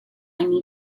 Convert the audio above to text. need